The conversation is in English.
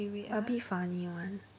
a bit funny [one]